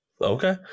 Okay